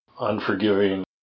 unforgiving